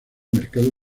mercado